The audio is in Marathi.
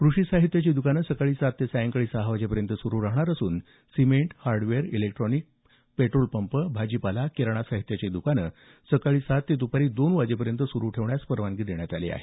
कृषी साहित्याची दुकानं सकाळी सात ते सायंकाळी सहा वाजेपर्यंत सुरू राहणार असून सिमेंट हार्डवेअर इलेक्ट्रानिक्स पेट्रोलपंप भाजीपाला किराणा साहित्याची द्रकानं सकाळी सात ते द्रपारी दोन वाजेपर्यंत सुरू ठेवण्यास परवानगी देण्यात आली आहे